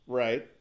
right